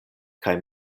kaj